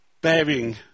bearing